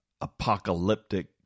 apocalyptic